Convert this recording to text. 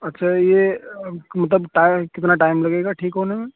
اچھا یہ مطلب ٹائم کتنا ٹائم لگے گا ٹھیک ہونے میں